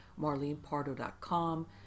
marlenepardo.com